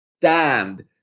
stand